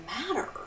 matter